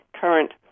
current